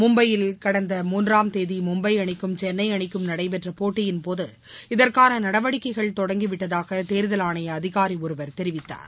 மும்பையில் கடந்த முன்றாம் தேதி மும்பை அணிக்கும் சென்ளை அணிக்கும் நடைபெற்ற போட்டியின் போது இதற்கான நடவடிக்கைகள் தொடங்கிவிட்டதாக தேர்தல் ஆணையம் அதிகாரி ஒருவர் தெரிவித்தார்